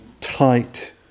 tight